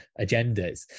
agendas